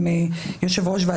מי לא מחויב?